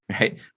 right